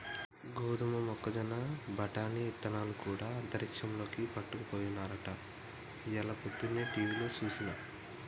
గోదమ మొక్కజొన్న బఠానీ ఇత్తనాలు గూడా అంతరిక్షంలోకి పట్టుకపోయినారట ఇయ్యాల పొద్దన టీవిలో సూసాను